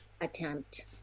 attempt